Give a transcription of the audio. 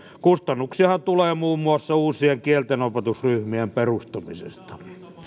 kustannuksiahan tulee muun muassa uusien kieltenopetusryhmien perustamisesta